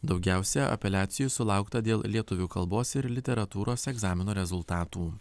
daugiausia apeliacijų sulaukta dėl lietuvių kalbos ir literatūros egzamino rezultatų